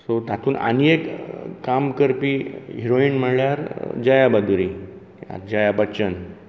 so तातूंत आनी एक काम करपी हिरोईन म्हणल्यार जया बादुरी जया बच्चन